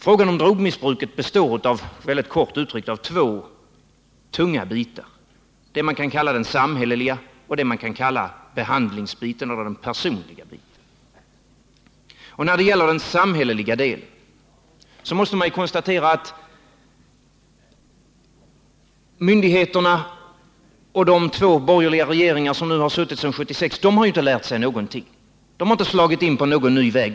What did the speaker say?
Frågan om drogmissbruket består, väldigt kort uttryckt, av två tunga bitar: det man kan kalla den samhälleliga biten och det man kan kalla behandlingsbiten eller den personliga biten. När det gäller den samhälleliga delen måste man ju konstatera att myndigheterna och de två borgerliga regeringar som nu har suttit sedan 1976 inte har lärt sig någonting. De har inte slagit in på någon ny väg.